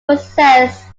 possess